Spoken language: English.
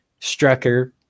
Strucker